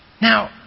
Now